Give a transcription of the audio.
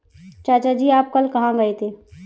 चाचा जी आप कल कहां गए थे?